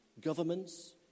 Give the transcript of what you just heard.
governments